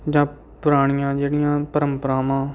ਜਾਂ ਪੁਰਾਣੀਆਂ ਜਿਹੜੀਆਂ ਪਰੰਪਰਾਵਾਂ